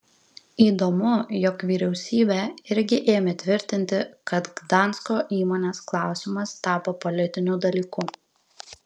įdomu jog vyriausybė irgi ėmė tvirtinti kad gdansko įmonės klausimas tapo politiniu dalyku